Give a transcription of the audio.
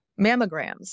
Mammograms